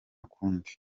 kundi